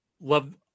love